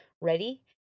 ready